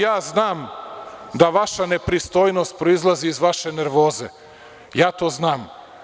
Ja znam da vaša nepristojnost proizlazi iz vaše nervoze, ja to znam.